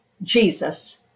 Jesus